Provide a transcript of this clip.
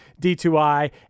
D2I